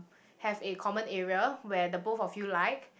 have a common area where the both of you like